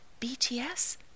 BTS